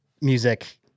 music